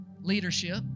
leadership